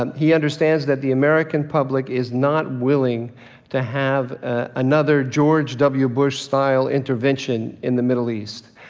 and he understands that the american public is not willing to have another george w. bush-style intervention in the middle east,